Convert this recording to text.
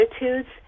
attitudes